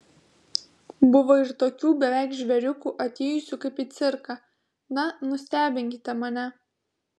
buvo ir tokių beveik žvėriukų atėjusių kaip į cirką na nustebinkite mane